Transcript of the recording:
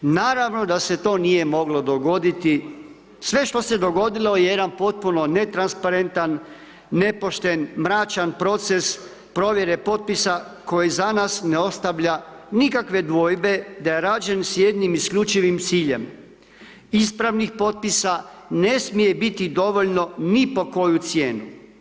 Naravno da se to nije moglo dogoditi, sve što se dogodilo je jedan potpuno netransparentan, nepošten, mračan proces provjere potpisa koji za nas ne ostavlja nikakve dvojbe da je rađen s jednim isključivim ciljem, ispravnih potpisa ne smije biti dovoljno ni po koju cijenu.